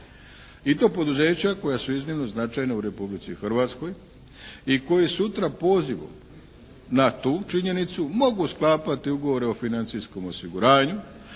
I to poduzeća koja su iznimno značajna u Republici Hrvatskoj i koji sutra pozivom na tu činjenicu mogu sklapati ugovore o financijskom osiguranju